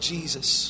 Jesus